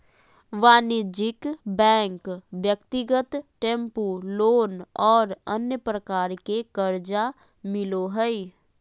वाणिज्यिक बैंक ब्यक्तिगत tempo loan और अन्य प्रकार के कर्जा मिलो हइ